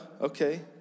Okay